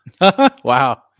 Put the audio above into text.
wow